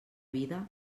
vida